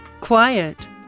quiet